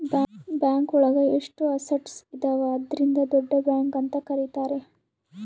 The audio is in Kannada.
ಬ್ಯಾಂಕ್ ಒಳಗ ಎಷ್ಟು ಅಸಟ್ಸ್ ಇದಾವ ಅದ್ರಿಂದ ದೊಡ್ಡ ಬ್ಯಾಂಕ್ ಅಂತ ಕರೀತಾರೆ